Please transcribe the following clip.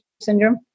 syndrome